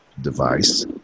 device